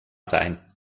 sein